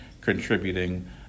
contributing